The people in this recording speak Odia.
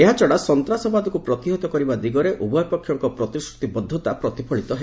ଏହାଛଡା ସନ୍ତାସବାଦକୁ ପ୍ରତିହତ କରିବା ଦିଗରେ ଉଭୟପକ୍ଷଙ୍କ ପ୍ରତିଶ୍ରତିବଦ୍ଧତା ପ୍ରତିଫଳିତ ହେବ